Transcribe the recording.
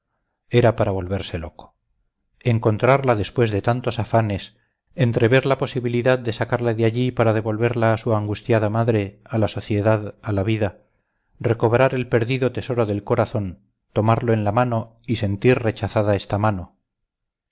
era para volverse loco encontrarla después de tantos afanes entrever la posibilidad de sacarla de allí para devolverla a su angustiada madre a la sociedad a la vida recobrar el perdido tesoro del corazón tomarlo en la mano y sentir rechazada esta mano